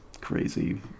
crazy